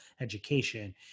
Education